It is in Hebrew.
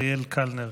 חבר הכנסת אריאל קלנר.